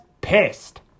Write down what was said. pissed